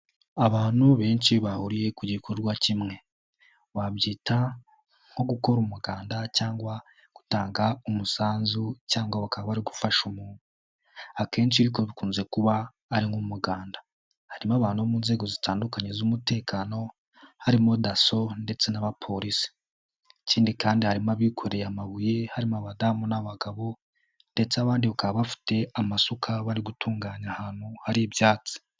Abantu benshi bahuriye ku gikorwa kimwe, wabyita nko gukora umuganda cyangwa gutanga umusanzu cyangwa bakaba bari gufasha umuntu ,akenshi ariko bikunze kuba ari mu muganda. Harimo abantu bo mu nzego zitandukanye z'umutekano harimo dasso ndetse n'abapolisi ikindi kandi harimo abikoreye amabuye harimo abadamu n'abagabo ndetse abandi bakaba bafite amasuka bari gutunganya ahantu hari ibyatsi.